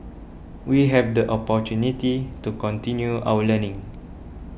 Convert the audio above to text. we have the opportunity to continue our learning